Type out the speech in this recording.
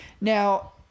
Now